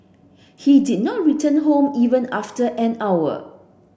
he did not return home even after an hour